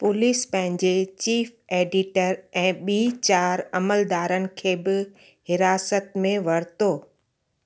police पंहिंजे chief editor ऐं ॿी चारि अमलदारनि खे बि हिरासतु में वरितो